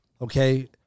Okay